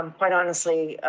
um quite honestly,